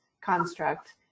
construct